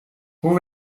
hoe